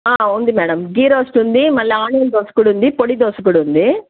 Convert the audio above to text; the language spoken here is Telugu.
ఉంది మేడం ఘీ రోస్టు ఉంది మళ్ళీ ఆనియన్ దోస కూడా ఉంది పొడి దోస కూడా ఉంది